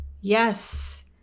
yes